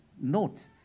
note